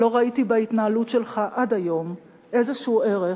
לא ראיתי בהתנהלות שלך עד היום איזשהו ערך